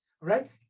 right